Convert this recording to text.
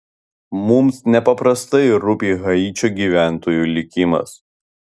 mums nepaprastai rūpi haičio gyventojų likimas